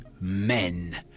Men